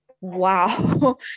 wow